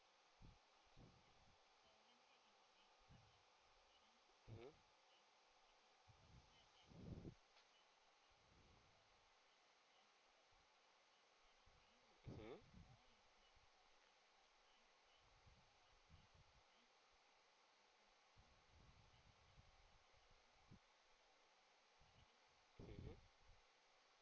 mmhmm mmhmm